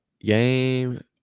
game